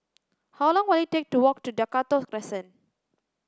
how long will it take to walk to Dakota Crescent